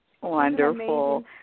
Wonderful